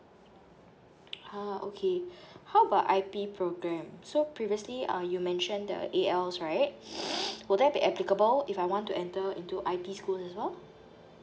ah okay how about I P program so previously uh you mentioned the A L right will there be applicable if I want to enter into I P school as well